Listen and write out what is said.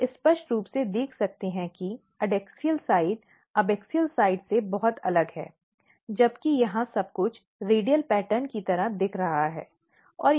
आप स्पष्ट रूप से देख सकते हैं कि एडैक्सियल साइड एबॅक्सियल साइड से बहुत अलग है जबकि यहां सब कुछ रेडियल पैटर्न की तरह दिख रहा है